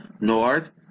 north